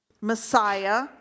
Messiah